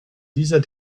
dieser